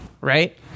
right